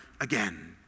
again